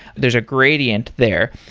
there's a gradient there.